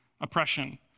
oppression